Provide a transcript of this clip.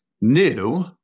new